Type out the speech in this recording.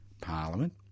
Parliament